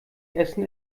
essen